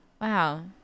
Wow